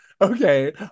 Okay